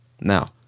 Now